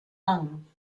lang